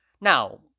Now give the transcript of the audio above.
Now